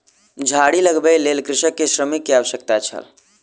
झाड़ी लगबैक लेल कृषक के श्रमिक के आवश्यकता छल